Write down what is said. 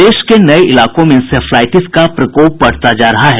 प्रदेश के नये इलाके में इंसेफ्लाटिस का प्रकोप बढ़ता जा रहा है